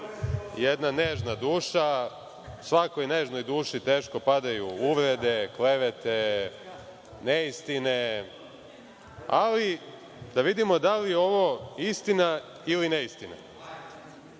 jedna nežna duša. Svakoj nežnoj duši teško padaju uvrede, klevete, neistine, ali da vidimo da li je ovo istina ili neistina. Decembra